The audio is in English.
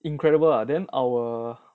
incredible ah then our